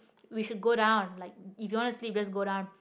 we should go down like if you want to sleep just go down